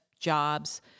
jobs